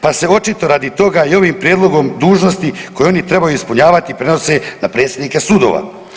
Pa se očito radi toga i ovim prijedlogom dužnosti koje oni trebaju ispunjavati prenose na predsjednike sudova.